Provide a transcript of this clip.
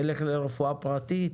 תלך לרפואה פרטית,